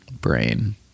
brain